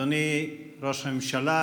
שאלו שלום ירושלם,